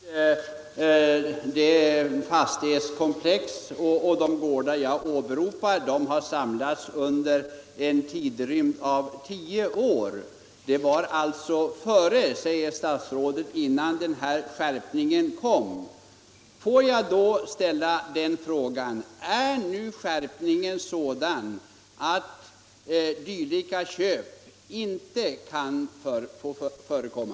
Herr talman! Statsrådet Lundkvist säger att de fastighetskomplex och de gårdar jag åberopar har samlats under en tidrymd av tio år. Det var alltså, säger statsrådet, innan den här skärpningen kom. Får jag då ställa frågan: Är nu skärpningen sådan att dylika köp inte kan få förekomma?